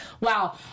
Wow